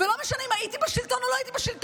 ולא משנה אם הייתי בשלטון או לא הייתי בשלטון.